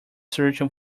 searching